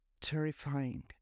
Terrifying